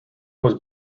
was